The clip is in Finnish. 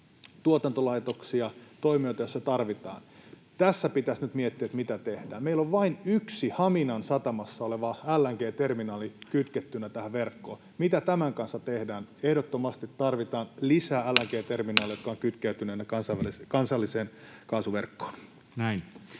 tuotantolaitoksia, toimijoita, joissa sitä tarvitaan. Tässä pitäisi nyt miettiä, mitä tehdään. Meillä on vain yksi Haminan satamassa oleva LNG-terminaali kytkettynä verkkoon. Mitä tämän kanssa tehdään? Ehdottomasti tarvitaan lisää LNG-terminaaleja, jotka ovat kytkeytyneinä kansalliseen kaasuverkkoon.